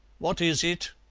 what is it?